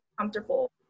comfortable